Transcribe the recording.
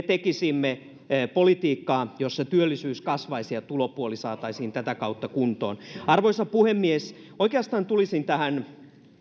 tekisimme politiikkaa jossa työllisyys kasvaisi ja tulopuoli saataisiin tätä kautta kuntoon arvoisa puhemies oikeastaan tulisin tähän